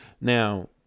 Now